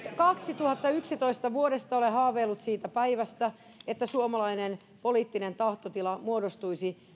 kaksituhattayksitoista asti olen haaveillut siitä päivästä että suomalainen poliittinen tahtotila muodostuisi